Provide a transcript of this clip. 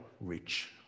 rich